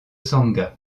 sangha